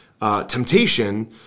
temptation